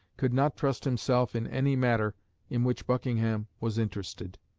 could not trust himself in any matter in which buckingham, was interested.